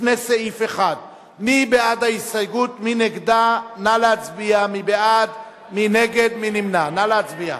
שאול מופז, דליה איציק, רוני בר-און, מאיר שטרית,